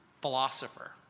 philosopher